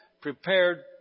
prepared